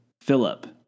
Philip